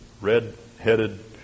red-headed